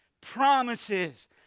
promises